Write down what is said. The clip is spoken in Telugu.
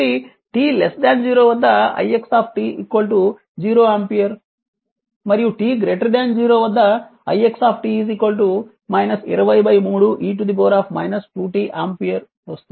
కాబట్టి t 0 వద్ద ix 0 ఆంపియర్ మరియు t 0 వద్ద ix 203 e 2 t ఆంపియర్ వస్తుంది